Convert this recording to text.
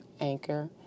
anchor